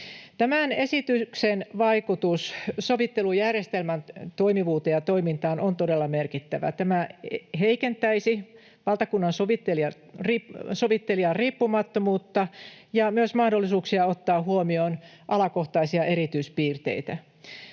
Tämän esityksen vaikutus sovittelujärjestelmän toimivuuteen ja toimintaan on todella merkittävä. Tämä heikentäisi valtakunnansovittelijan riippumattomuutta ja myös mahdollisuuksia ottaa huomioon alakohtaisia erityispiirteitä.